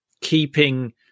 keeping